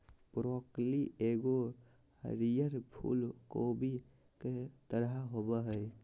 broccoli एगो हरीयर फूल कोबी के तरह होबो हइ